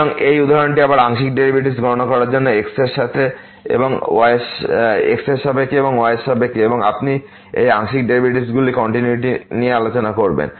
সুতরাং এই উদাহরণটি আবার আংশিক ডেরিভেটিভস গণনা করার জন্য x এর সাথে এবং y এর ক্ষেত্রে এবং আপনি এই আংশিক ডেরিভেটিভগুলির কন্টিনিউয়িটি নিয়ে আলোচনা করবেন